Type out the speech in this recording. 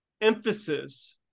emphasis